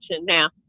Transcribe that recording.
Now